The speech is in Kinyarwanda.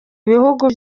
bihugu